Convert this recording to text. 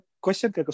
question